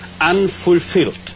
unfulfilled